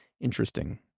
Interesting